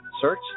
Search